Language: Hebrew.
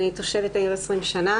אני תושבת העיר 20 שנים.